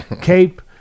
Cape